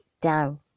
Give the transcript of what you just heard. down